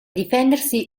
difendersi